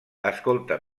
escolta